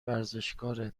ورزشکاره